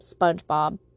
Spongebob